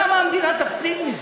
כמה המדינה תפסיד מזה?